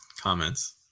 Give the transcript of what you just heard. comments